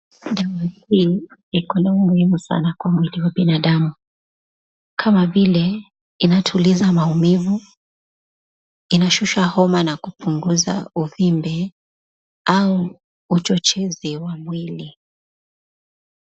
Dawa hii iko na umuhimu sana kwa mwili wa binadamu kama vile inatuliza maumivu, inashusha homa na kupungunguza uvimbe au uchochezi wa mwili.